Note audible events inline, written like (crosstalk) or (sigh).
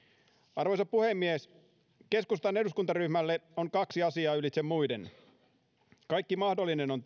arvoisa puhemies keskustan eduskuntaryhmälle on kaksi asiaa ylitse muiden kaikki mahdollinen on (unintelligible)